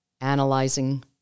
analyzing